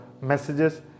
messages